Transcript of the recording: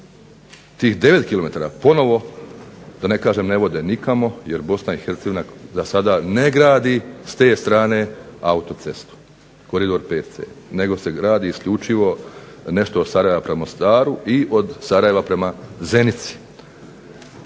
tih 9km ponovno da ne kažem ne vode nikamo jer BiH za sada ne gradi s te strane autocestu Koridor 5C, nego se gradi isključivo nešto od Sarajeva prema Mostaru i od Sarajeva prema Zenici.